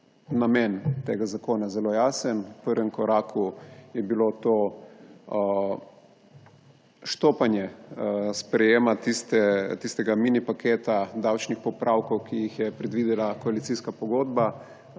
namen tega zakona zelo jasen. V prvem koraku je bilo to štopanje sprejetja tistega mini paketa davčnih popravkov, ki jih je predvidela koalicijska pogodba,